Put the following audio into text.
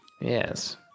Yes